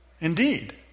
indeed